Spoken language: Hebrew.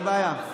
אין בעיה,